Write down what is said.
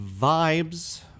vibes